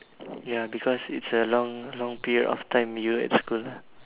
ya because it's a long long period of time you at school ah